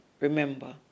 remember